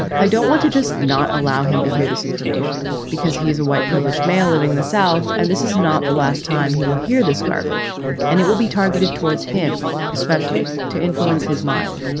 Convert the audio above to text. i don't want to just not allow him to hear this information because he's a white, privileged male living in the south. and this is not the last time he will hear this garbage and it will be targeted towards him, especially to influence his mind.